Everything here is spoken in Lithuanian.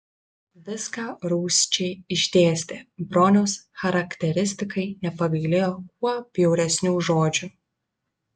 viską rūsčiai išdėstė broniaus charakteristikai nepagailėjo kuo bjauresnių žodžių